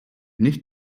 nicht